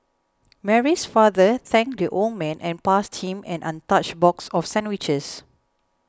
Mary's father thanked the old man and passed him an untouched box of sandwiches